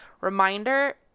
reminder